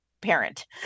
parent